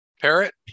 Parrot